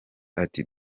ati